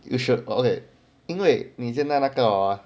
you should okay 因为你现在那个哦